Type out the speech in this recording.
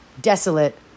Desolate